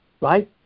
right